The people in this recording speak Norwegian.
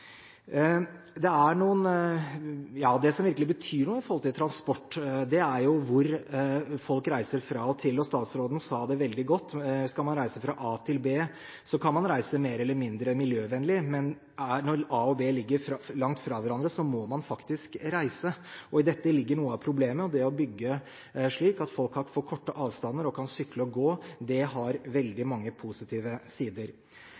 Det som virkelig betyr noe med hensyn til transport, er jo hvor folk reiser fra og til. Statsråden sa det veldig godt: Skal man reise fra A til B, kan man reise mer eller mindre miljøvennlig, men når A og B ligger langt fra hverandre, må man faktisk reise. I dette ligger noe av problemet. Det å bygge slik at folk får korte avstander og kan sykle og gå, har veldig mange positive sider.